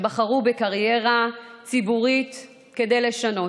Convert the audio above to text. שבחרו בקריירה ציבורית כדי לשנות,